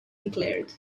declared